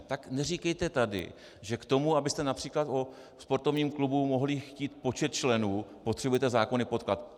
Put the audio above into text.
Tak neříkejte tady, že k tomu, abyste například po sportovním klubu mohli chtít počet členů, potřebujete zákonný podklad.